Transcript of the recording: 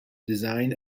design